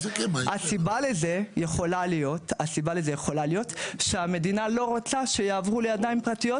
הסיבה לזה יכולה להיות שהמדינה לא רוצה שיעברו לידיים פרטיות